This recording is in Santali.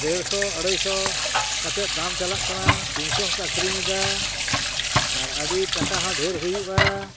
ᱰᱮᱲᱥᱚ ᱟᱲᱟᱭ ᱥᱚ ᱠᱟᱛᱮᱫ ᱫᱟᱢ ᱪᱟᱞᱟᱜ ᱠᱟᱱᱟ ᱛᱤᱱ ᱥᱚ ᱦᱚᱠᱚ ᱟᱹᱠᱷᱨᱤᱧᱮᱫᱟ ᱟᱨ ᱟᱹᱰᱤ ᱴᱟᱠᱟ ᱦᱚᱸ ᱰᱷᱮᱨ ᱦᱩᱭᱩᱜᱼᱟ